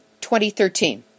2013